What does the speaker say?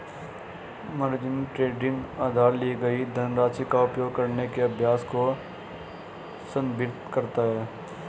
margin trading उधार ली गई धनराशि का उपयोग करने के अभ्यास को संदर्भित करता है